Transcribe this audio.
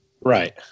right